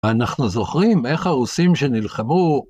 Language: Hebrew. אנחנו זוכרים איך הרוסים שנלחמו.